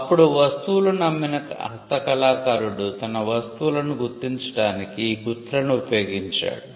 అప్పుడు వస్తువులను అమ్మిన హస్తకళాకారుడు తన వస్తువులను గుర్తించడానికి ఈ గుర్తులను ఉపయోగించాడు